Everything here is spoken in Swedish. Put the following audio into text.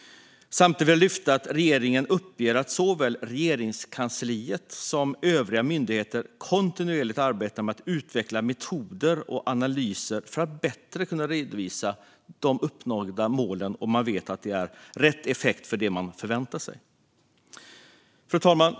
Samtidigt vill jag framhålla att regeringen uppger att såväl Regeringskansliet som övriga myndigheter kontinuerligt arbetar med att utveckla metoder och analyser för att bättre kunna redovisa uppnådda mål, så att effekten blir den väntade. Fru talman!